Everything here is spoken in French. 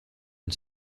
une